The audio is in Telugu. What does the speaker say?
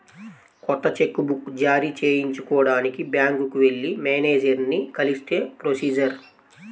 కొత్త చెక్ బుక్ జారీ చేయించుకోడానికి బ్యాంకుకి వెళ్లి మేనేజరుని కలిస్తే ప్రొసీజర్